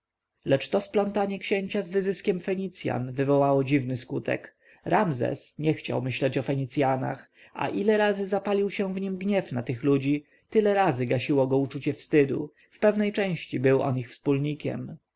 lecz to splątanie księcia z wyzyskiem fenicjan wywołało dziwny skutek ramzes nie chciał myśleć o fenicjanach a ile razy zapalił się w nim gniew na tych ludzi tyle razy gasiło go uczucie wstydu w pewnej części był przecie on sam ich wspólnikiem